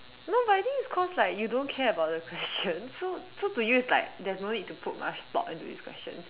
no but I think it's cause like you don't care about the question so so to you is like there's no need to put much thought into these questions